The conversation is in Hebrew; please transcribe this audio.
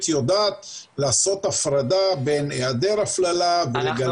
יודעת לעשות הפרדה בין היעדר הפללה ולגליזציה.